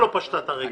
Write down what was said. לא פשטה את הרגל?